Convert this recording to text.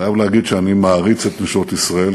חייב להגיד שאני מעריץ את נשות ישראל,